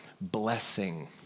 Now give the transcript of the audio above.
Blessing